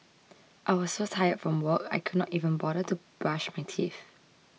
I was so tired from work I could not even bother to brush my teeth